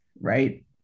right